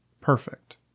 perfect